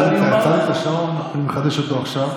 עצרתי את השעון ואני מחדש אותו עכשיו.